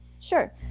Sure